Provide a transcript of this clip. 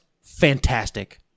fantastic